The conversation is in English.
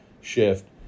shift